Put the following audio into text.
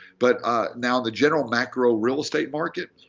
but ah now, the general macro real estate market?